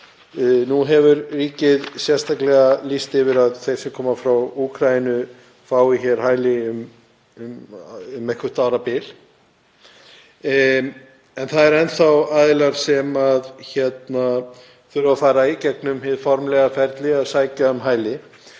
Nú hefur ríkið sérstaklega lýst því yfir að þeir sem koma frá Úkraínu fái hér hæli um eitthvert árabil. En það eru enn þá aðilar sem þurfa að fara í gegnum hið formlega ferli að sækja um hæli.